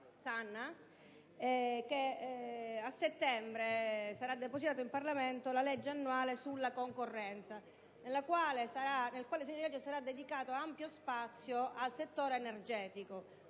Sanna che a settembre sarà depositato in Parlamento il disegno di legge annuale sulla concorrenza, nel quale sarà dato ampio spazio al settore energetico,